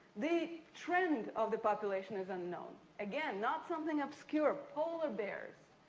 the trend of the population is unknown. again, not something obscure. polar bears.